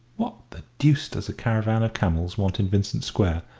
what the deuce does a caravan of camels want in vincent square?